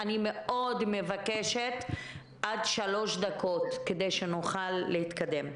אני מאוד מבקשת עד שלוש דקות כדי שנוכל להתקדם.